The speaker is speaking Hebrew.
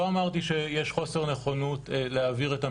לא אמרתי שיש חוסר נכונות להעביר את המידע,